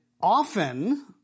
often